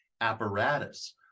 apparatus